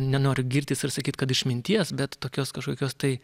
nenoriu girtis ir sakyt kad išminties bet tokios kažkokios tai